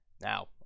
Now